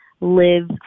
live